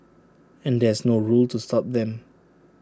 and there's no rule to stop them